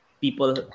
people